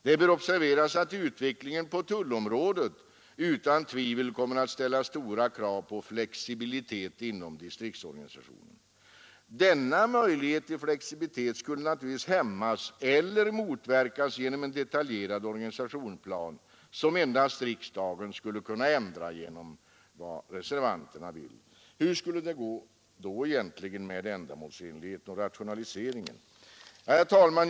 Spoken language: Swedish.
Det bör observeras att utvecklingen på tullområdet utan tvivel kommer att ställa stora krav på flexibilitet inom distriktsorganisationen. Denna möjlighet till flexibilitet skulle naturligtvis hämmas eller motverkas genom en detaljerad organisationsplan som endast riksdagen kunde ändra. Hur skulle det då egentligen gå med ändamålsenligheten och rationaliseringen? Herr talman!